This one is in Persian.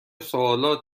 سوالات